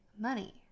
money